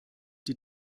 die